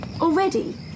Already